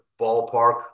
ballpark